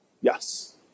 Yes